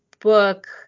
book